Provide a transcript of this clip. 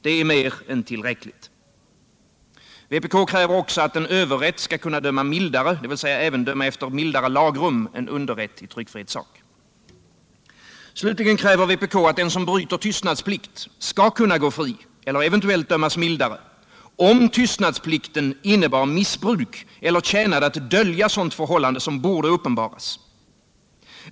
Det är mer än tillräckligt. Vpk kräver också att en överrätt skall kunna döma mildare, dvs. även döma efter mildare lagrum än underrätt i tryckfrihetssak. Slutligen kräver vpk att den som bryter tystnadsplikt skall kunna gå fri eller eventuellt dömas mildare, om tystnadsplikten innebar missbruk eller tjänade att dölja sådant förhållande som borde uppenbaras.